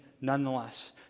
nonetheless